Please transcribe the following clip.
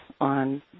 on